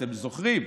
אתם זוכרים,